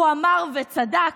הוא אמר וצדק.